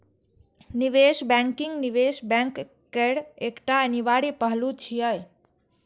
निवेश बैंकिंग निवेश बैंक केर एकटा अनिवार्य पहलू छियै